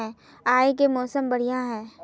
आय के मौसम बढ़िया है?